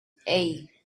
hey